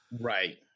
right